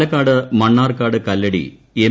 Palakkad Mannarkkad Kalpadi M